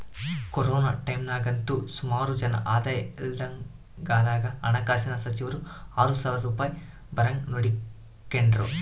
corona ಟೈಮ್ನಾಗಂತೂ ಸುಮಾರು ಜನ ಆದಾಯ ಇಲ್ದಂಗಾದಾಗ ಹಣಕಾಸಿನ ಸಚಿವರು ಆರು ಸಾವ್ರ ರೂಪಾಯ್ ಬರಂಗ್ ನೋಡಿಕೆಂಡ್ರು